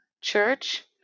Church